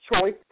choice